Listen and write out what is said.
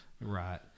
Right